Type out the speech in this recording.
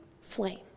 flame